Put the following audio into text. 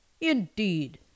Indeed